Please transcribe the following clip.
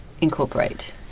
incorporate